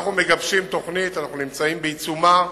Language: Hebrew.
אנחנו מגבשים תוכנית, אנחנו נמצאים בעיצומה,